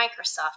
Microsoft